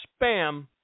spam